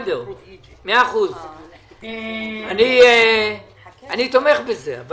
אני תומך בזה.